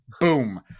Boom